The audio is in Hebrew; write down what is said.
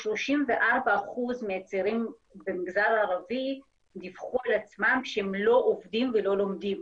כ-34% מהצעירים במגזר הערבי דיווחו על עצמם שהם לא עובדים ולא לומדים.